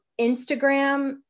Instagram